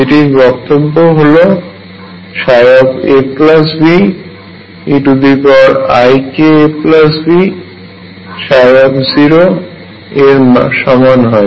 যেটির বক্তব্য হল ψab eikabψ এর সমান হয়